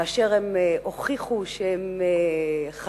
כאשר הם הוכיחו שהם חזקים,